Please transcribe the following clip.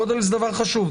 גודל זה דבר חשוב.